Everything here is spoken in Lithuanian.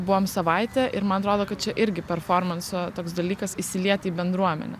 buvom savaitę ir man atrodo kad čia irgi performanso toks dalykas įsilieti į bendruomenę